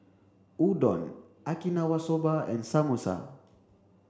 Udon Okinawa Soba and Samosa